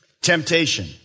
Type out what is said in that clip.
Temptation